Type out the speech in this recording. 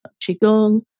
Qigong